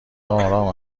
آرام